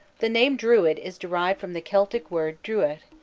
the name druid is derived from the celtic word druidh,